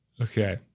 okay